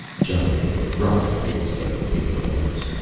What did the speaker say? johnny made a wry face but obeyed orders.